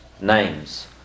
names